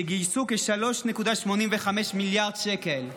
שגייסו כ-3.85 מיליארד שקל.